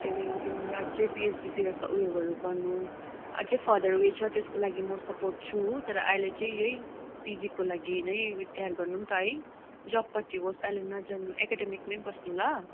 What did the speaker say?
त्यहाँदेखिन्को तिमीले अझै पिएचडीतिर ऊ योहरू गर्नु अझ फरदर ऊ यो छ त्यसको लागि म सपोर्ट छु तर अहिले चाहिँ यही पिजीको लागि नै तयार गर्नु नि त है जबपट्टि होस् अहिले नजानू एकाडेमिकमै बस्नु ल